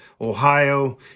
Ohio